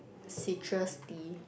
citrus tea